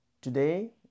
Today